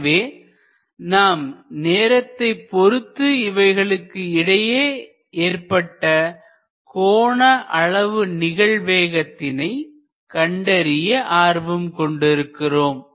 எனவே நாம் நேரத்தைப் பொறுத்து இவைகளுக்கு இடையே ஏற்பட்ட கோண அளவு நிகழ்வேகத்தினை கண்டறிய ஆர்வம் கொண்டிருக்கிறோம்